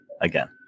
again